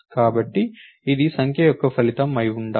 కాబట్టి ఇది సంఖ్య యొక్క ఫలితం అయి ఉండాలి